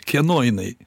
kieno jinai